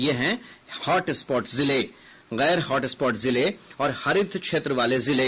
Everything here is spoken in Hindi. ये हैं हॉटस्पॉट जिले गैर हॉटस्पॉट जिले और हरित क्षेत्र वाले जिले